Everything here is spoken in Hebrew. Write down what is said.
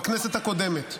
בכנסת הקודמת.